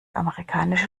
amerikanische